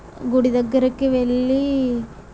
గుడి దగ్గరికి వెళ్లి